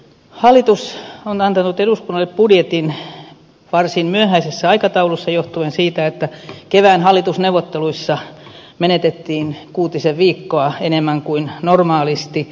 hallitus on antanut eduskunnalle budjetin varsin myöhäisessä aikataulussa johtuen siitä että kevään hallitusneuvotteluissa menetettiin kuutisen viikkoa enemmän kuin normaalisti